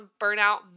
burnout